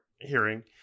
hearing